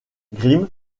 grimm